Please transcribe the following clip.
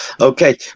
Okay